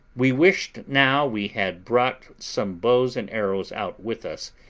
we wished now we had brought some bows and arrows out with us,